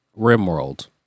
RimWorld